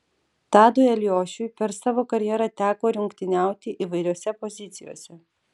tadui eliošiui per savo karjerą teko rungtyniauti įvairiose pozicijose